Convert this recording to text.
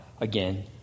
again